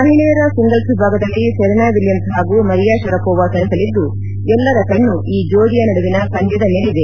ಮಹಿಳೆಯರ ಸಿಂಗಲ್ಸ್ ವಿಭಾಗದಲ್ಲಿ Serena Williams ಹಾಗೂ ಮರಿಯಾ ಶರಾಮೋವಾ ಸೆಣಸಲಿದ್ದು ಎಲ್ಲರ ಕಣ್ಣು ಈ ಜೋಡಿಯ ನಡುವಿನ ಪಂದ್ಲದ ಮೇಲಿದೆ